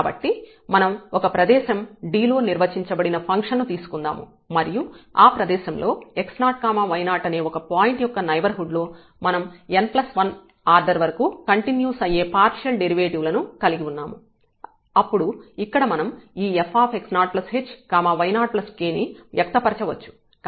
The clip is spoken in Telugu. కాబట్టి మనం ఒక ప్రదేశము D లో నిర్వచించబడిన ఫంక్షన్ ను తీసుకుందాము మరియు ఆ ప్రదేశంలో x0y0 అనే ఒక పాయింట్ యొక్క నైబర్హుడ్ లో మనం n1 ఆర్డర్ వరకు కంటిన్యూస్ అయ్యే పార్షియల్ డెరివేటివ్ లను కలిగి ఉన్నాము అప్పుడు ఇక్కడ మనం ఈ fx0hy0k ని వ్యక్తపరచవచ్చు